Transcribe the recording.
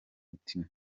mutima